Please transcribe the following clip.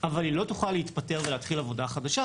אבל היא לא תוכל להתפטר ולהתחיל עבודה חדשה,